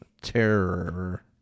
terror